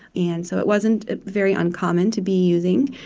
and so it wasn't very uncommon to be using.